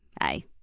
Hi